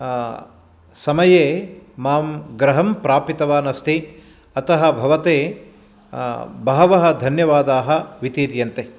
समये मां गृहं प्रापितवानस्ति अतः भवते बहवः धन्यवादाः वितीर्यन्ते